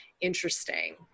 interesting